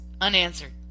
unanswered